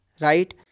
right